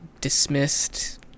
Dismissed